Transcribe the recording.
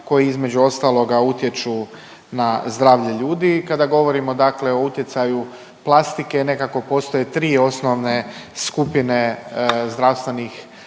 koji između ostaloga utječu na zdravlje ljudi i kada govorimo dakle o utjecaju plastike nekako postoje tri osnovne skupine zdravstvenih